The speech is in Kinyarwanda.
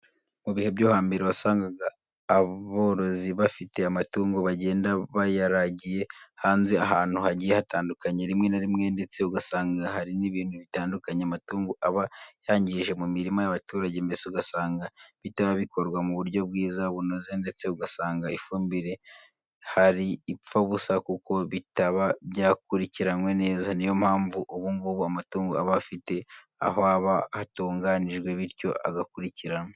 Mu bihe byo hambere wasangaga aborozi bafite amatungo bagenda bayaragiye hanze ahantu hagiye hatandukanye, rimwe na rimwe ndetse ugasanga hari n'ibintu bitandukanye amatungo aba yangije mu mirima y'abaturage, mbese ugasanga bitaba bikorwa mu buryo bwiza bunoze ndetse ugasanga ifumbire hari ipfa ubusa kuko bitaba byakurikiranwe neza. Niyo mpamvu ubu ngubu amatungo aba afite aho aba hatunganijwe bityo agakurikiranwa.